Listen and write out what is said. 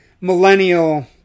millennial